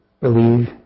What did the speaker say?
believe